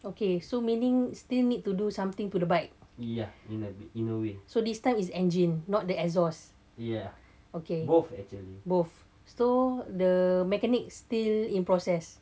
okay so meaning still need to do something to the bike so this time is engine not the exhaust okay both so the mechanic still in process me ah in a way he grew there